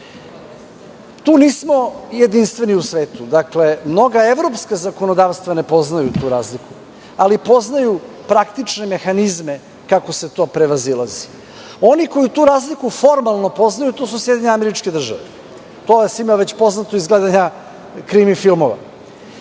nismo jedinstveni u svetu, dakle, mnoga evropska zakonodavstva ne poznaju tu razliku, ali poznaju praktične mehanizme kako se to prevazilazi. Oni koji tu razliku formalno poznaju, to su SAD. To je svima već poznato iz gledanja krimi filmova.